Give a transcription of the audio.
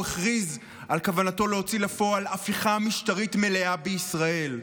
הכריז על כוונתו להוציא לפועל הפיכה משטרית מלאה בישראל.